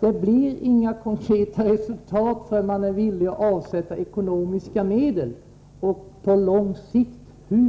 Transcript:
Men det blir inga konkreta resultat förrän man är villig att avsätta ekonomiska medel och på lång sikt.